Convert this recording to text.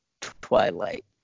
Twilight